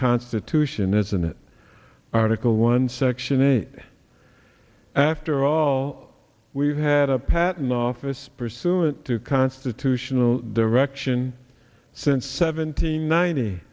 constitution isn't it article one section eight after all we've had a patent office pursuant to constitutional direction since seventeen ninety